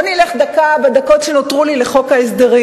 בואו נלך דקה, בדקות שנותרו לי, לחוק ההסדרים.